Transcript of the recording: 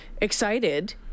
excited